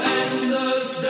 endless